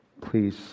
please